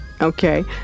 okay